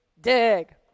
dig